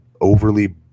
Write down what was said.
overly